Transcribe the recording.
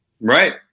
Right